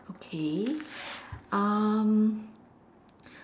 okay um